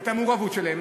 את המעורבות שלהם,